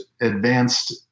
advanced